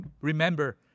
remember